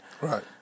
Right